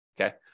Okay